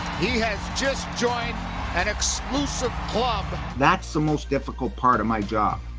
he has just joined an exclusive club. that's the most difficult part of my job.